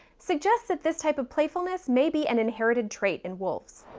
suggests that this type of playfulness may be an inherited trait in wolves.